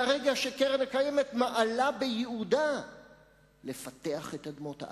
מהרגע שהקרן הקיימת מעלה בייעודה לפתח את אדמות הארץ,